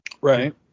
Right